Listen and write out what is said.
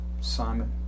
Simon